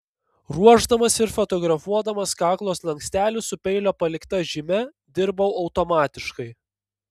ruošdamas ir fotografuodamas kaklo slankstelį su peilio palikta žyme dirbau automatiškai